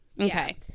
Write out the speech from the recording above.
Okay